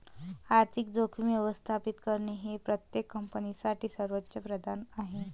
आर्थिक जोखीम व्यवस्थापित करणे हे प्रत्येक कंपनीसाठी सर्वोच्च प्राधान्य आहे